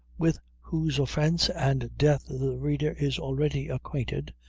with whose offence and death the reader is already acquainted,